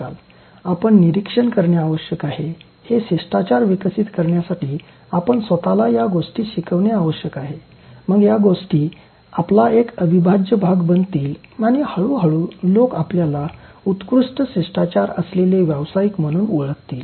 आपण निरीक्षण करणे आवश्यक आहे हे शिष्टाचार विकसित करण्यासाठी आपण स्वतला या गोष्टी शिकवणे आवश्यक आहे मग या गोष्टी आपला एक अविभाज्य भाग बनतील आणि हळूहळू लोक आपल्याला उत्कृष्ट शिष्टाचार असलेले व्यावसायिक म्हणून ओळखतील